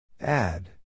Add